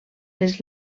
les